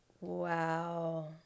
Wow